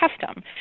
custom